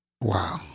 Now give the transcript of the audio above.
Wow